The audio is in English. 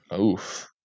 Oof